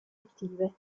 attive